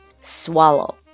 swallow